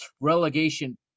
relegation